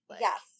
Yes